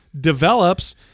develops